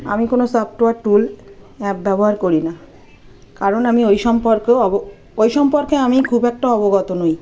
আমি কোনো software tool app ব্যবহার করি না কারণ আমি ওই সম্পর্কেও অব ওই সম্পর্কে আমি খুব একটা অবগত নই